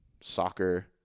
soccer